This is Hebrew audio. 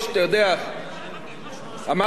אמרתי את זה כבר קודם אבל אני אחזור על זה.